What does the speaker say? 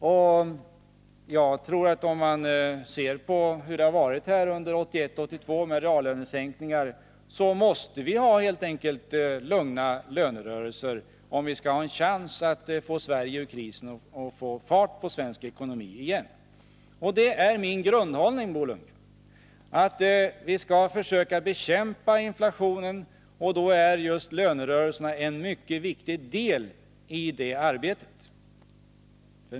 Utvecklingen under 1981 och 1982 med reallönesänkningar har visat att vi helt enkelt måste ha lugna lönerörelser, om vi skall ha en chans att få Sverige ur krisen och få fart på svensk ekonomi igen. Och min grundhållning är, Bo Lundgren, att vi skall försöka bekämpa inflationen, och lönerörelserna är en mycket viktig del i det arbetet.